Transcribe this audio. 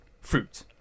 fruit